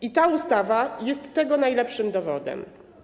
I ta ustawa jest tego najlepszym dowodem.